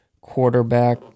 quarterback